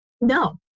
No